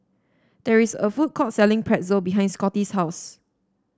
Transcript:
there is a food court selling Pretzel behind Scottie's house